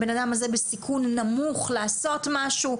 האדם הזה הוא בסיכון נמוך לעשות משהו,